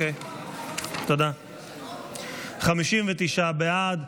59 בעד,